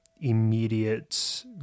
immediate